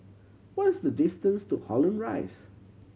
what is the distance to Holland Rise